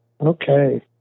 Okay